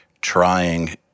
trying